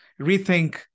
Rethink